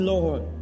Lord